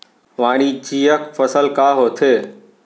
वाणिज्यिक फसल का होथे?